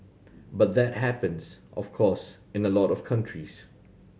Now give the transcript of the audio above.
but that happens of course in a lot of countries